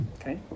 Okay